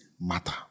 matter